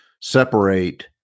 separate